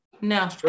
No